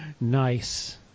Nice